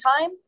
time